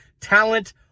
Talent